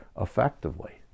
effectively